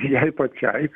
jai pačiai